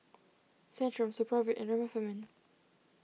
Centrum Supravit and Remifemin